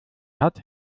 hat